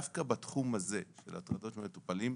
דווקא בתחום הזה של הטרדות מטופלים,